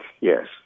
yes